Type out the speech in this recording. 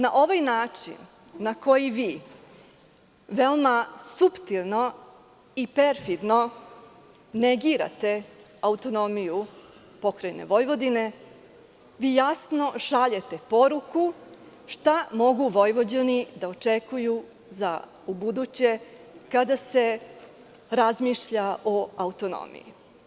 Na ovaj način, na koji vi veoma suptilno i perfidno negirate autonomiju Pokrajine Vojvodine, vi jasno šaljete poruku šta mogu Vojvođani da očekuju za ubuduće kada se razmišlja o autonomiji.